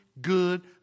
good